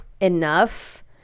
enough